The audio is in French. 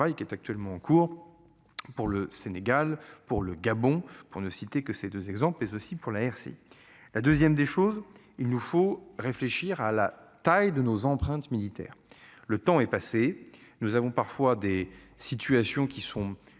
qui est actuellement en cours. Pour le Sénégal pour le Gabon pour ne citer que ces 2 exemples mais aussi pour la RC. La 2ème des choses, il nous faut réfléchir à la taille de nos empreintes militaire. Le temps est passé, nous avons parfois des situations qui sont